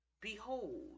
behold